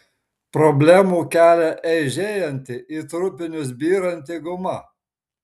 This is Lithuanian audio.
problemų kelia eižėjanti į trupinius byranti guma